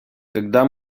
когда